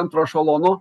antro ešalono